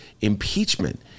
impeachment